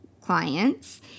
clients